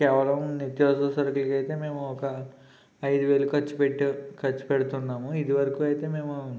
కేవలం నిత్యావసర సరుకులకి అయితే మేము ఒక ఐదు వేలు ఖర్చు పెట్టావ్ ఖర్చు పెడుతున్నాము ఇది వరకు అయితే మేము